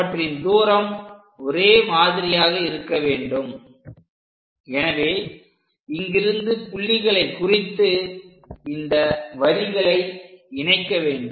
அவற்றின் தூரம் ஒரே மாதிரியாக இருக்க வேண்டும் எனவே இங்கிருந்து புள்ளிகளை குறித்து இந்த வரிகளை இணைக்க வேண்டும்